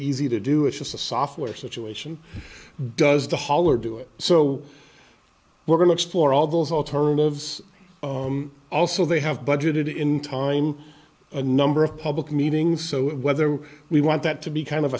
easy to do it's just a software situation does the hauler do it so we're going to explore all those alternatives also they have budgeted in time a number of public meetings so whether we want that to be kind of